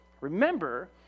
Remember